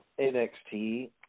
NXT